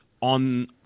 on